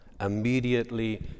immediately